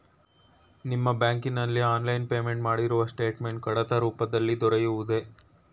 ನಿಮ್ಮ ಬ್ಯಾಂಕಿನಲ್ಲಿ online payment ಮಾಡಿರುವ ಸ್ಟೇಟ್ಮೆಂಟ್ ಕಡತ ರೂಪದಲ್ಲಿ ದೊರೆಯುವುದೇ?